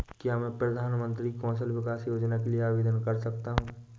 क्या मैं प्रधानमंत्री कौशल विकास योजना के लिए आवेदन कर सकता हूँ?